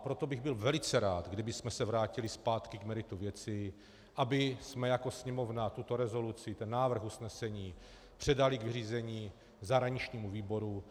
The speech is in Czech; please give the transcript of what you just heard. Proto bych byl velice rád, kdybychom se vrátili zpátky k meritu věci, abychom jako Sněmovna tuto rezoluci, návrh usnesení, předali k vyřízení zahraničnímu výboru.